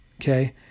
okay